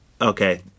Okay